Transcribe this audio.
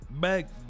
back